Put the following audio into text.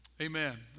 Amen